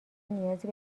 نیازی